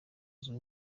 azwi